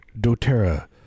doTERRA